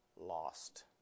lost